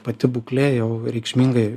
pati būklė jau reikšmingai